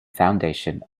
foundation